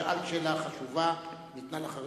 שאלת שאלה חשובה, הוא ענה.